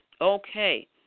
Okay